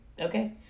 okay